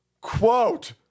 Quote